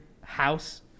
house